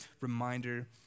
reminder